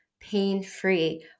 pain-free